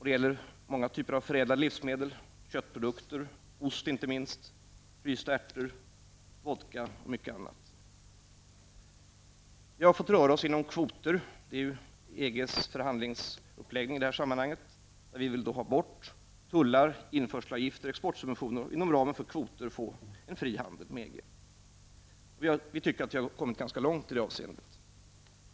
Det gäller många typer av förädlade livsmedel: köttprodukter, inte minst ost, frysta ärtor, vodka och mycket annat. Vi har fått röra oss inom kvoter. Det är EGs förhandlingsuppläggning i detta sammanhang. Vi vill ha bort tullar, införselavgifter och exportsubventioner och inom ramen för kvoter få en fri handel med EG. Vi tycker att vi har kommmit ganska långt i detta avseende.